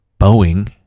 Boeing